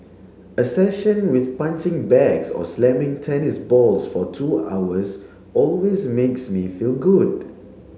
a session with punching bags or slamming tennis balls for two hours always makes me feel good